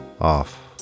off